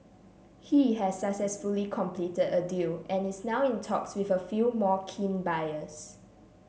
he has successfully completed a deal and is now in talks with a few more keen buyers